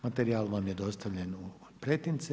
Materijal vam je dostavljen u pretince.